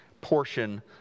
portion